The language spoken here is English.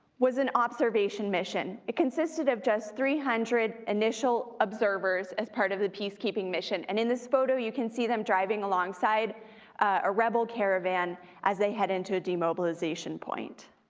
was an observation mission. it consisted of just three hundred initial observers as part of the peacekeeping mission, and in this photo, you can see them driving alongside a rebel caravan as they head into a demobilization point.